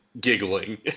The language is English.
giggling